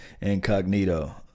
Incognito